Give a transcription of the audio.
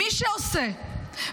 "מי שעשה,